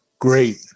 Great